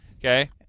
Okay